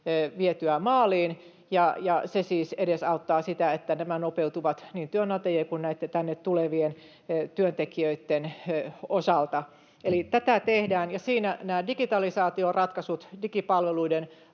vietyä maaliin, ja se siis edesauttaa sitä, että nämä nopeutuvat niin työnantajien kuin tänne tulevien työntekijöitten osalta. Eli tätä tehdään, ja siinä ovat olennaisia nämä digitalisaatioratkaisut, digipalveluiden